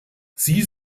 sie